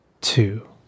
Two